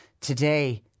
today